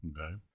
Okay